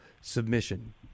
submission